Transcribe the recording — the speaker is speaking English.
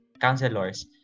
counselors